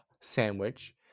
sandwich